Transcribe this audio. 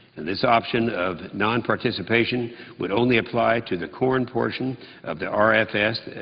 this option of nonparticipation would only apply to the corn portion of the r f s.